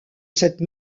cette